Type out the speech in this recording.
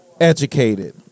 educated